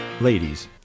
Ladies